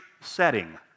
setting